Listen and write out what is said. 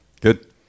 Good